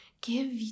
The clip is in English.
Give